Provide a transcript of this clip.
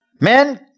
Men